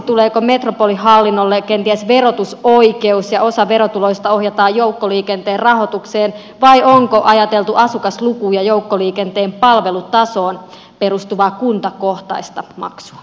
tuleeko metropolihallinnolle kenties verotusoikeus ja osa verotuloista ohjataan joukkoliikenteen rahoitukseen vai onko ajateltu asukaslukuun ja joukkoliikenteen palvelutasoon perustuvaa kuntakohtaista maksua